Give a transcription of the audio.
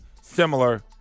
similar